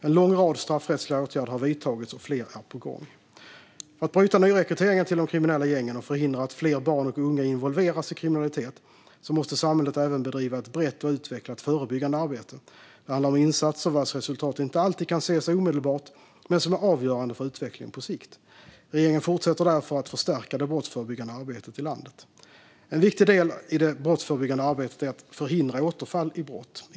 En lång rad straffrättsliga åtgärder har vidtagits, och fler är på gång. För att bryta nyrekryteringen till de kriminella gängen och förhindra att fler barn och unga involveras i kriminalitet måste samhället även bedriva ett brett och utvecklat förebyggande arbete. Det handlar om insatser vars resultat inte alltid kan ses omedelbart men som är avgörande för utvecklingen på sikt. Regeringen fortsätter därför att förstärka det brottsförebyggande arbetet i landet. En viktig del i det brottsförebyggande arbetet är att förhindra återfall i brott.